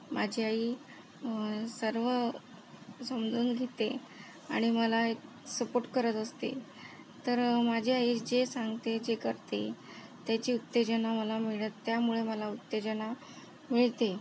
माझी आई सर्व समजून घेते आणि मला एक सपोर्ट करत असते तर माझी आई जे सांगते जे करते त्याची उत्तेजना मला मिळते त्यामुळे उत्तेजना मिळते